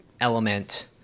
element